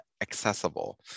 accessible